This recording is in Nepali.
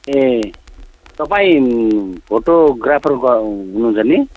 ए तपाईँ फोटोग्राफर गर हुनुहुन्छ नि